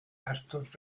gastos